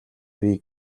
ирье